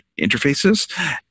interfaces